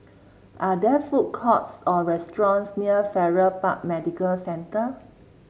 are there food courts or restaurants near Farrer Park Medical Centre